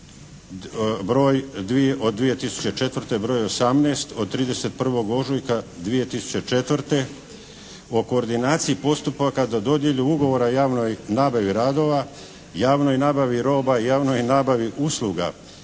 broj, od 2004., broj 18. od 31. ožujka 2004. o koordinaciji postupaka do dodjele ugovora o javnoj nabavi radova, javnoj nabavi roba i javnoj nabavi usluga